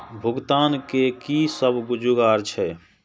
भुगतान के कि सब जुगार छे?